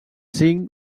cinc